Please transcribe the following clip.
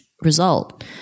result